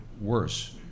worse